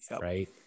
right